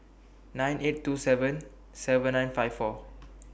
nine eight two seven seven nine five four